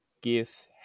give